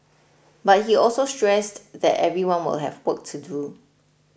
but he also stressed that everyone will have work to do